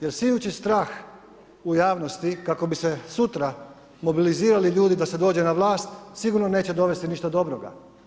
Jer sijući strah u javnosti kako bi se sutra mobilizirali ljudi da se dođe na vlast, sigurno neće dovesti ništa dobroga.